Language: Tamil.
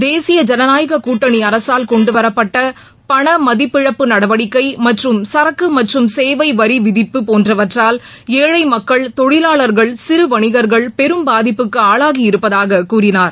தேசிய ஜனநாயகக் கூட்டணிஅரசால் கொண்டுவரப்பட்டபணமதிப்பிழப்பு நடவடிக்கைமற்றும் சரக்குமற்றும் சேவைவரிவிதிப்பு ச போன்றவற்றால் ச ஏழமக்கள் தொழிலாளர்கள் சிறுவணிகர்கள் பெரும் பாதிப்புக்குஆளாகி இருப்பதாகக் கூறினார்